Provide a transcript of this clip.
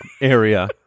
area